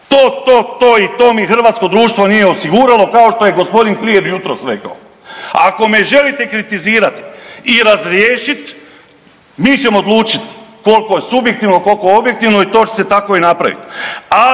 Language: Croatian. to, to , to i to mi hrvatsko društvo nije osigurao, kao što je gospodin Klier jutros rekao. A ako me želite kritizirat i razriješit, mi ćemo odlučit koliko je subjektivno koliko je objektivno i to će se tako i napraviti.